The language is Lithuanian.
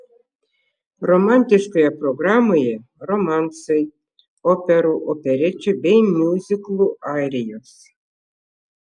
romantiškoje programoje romansai operų operečių bei miuziklų arijos